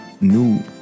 new